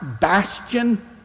bastion